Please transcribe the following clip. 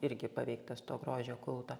irgi paveiktas to grožio kulto